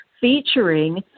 featuring